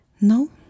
No